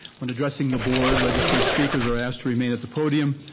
when addressing the board, registered speakers are asked to remain at the podium,